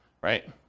right